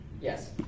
Yes